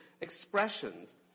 expressions